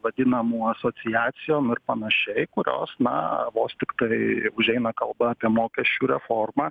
vadinamų asociacijom ir panašiai kurios na vos tiktai užeina kalba apie mokesčių reformą